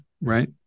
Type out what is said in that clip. right